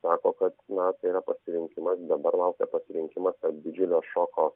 sako kad na tai yra pasirinkimas dabar laukia pasirinkimas didžiulio šoko